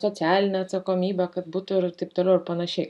socialinė atsakomybė kad būtų ir taip toliau ir panašiai